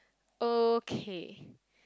okay